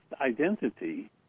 identity